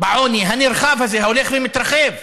בעוני הנרחב הזה, ההולך ומתרחב.